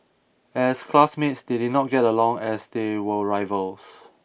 as classmates they did not get along as they were rivals